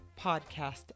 podcast